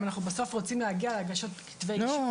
אם אנחנו בסוף רוצים להגיע להגשת כתבי אישום --- נו,